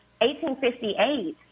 1858